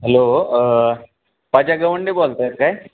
hello Gawande बोलत आहेत काय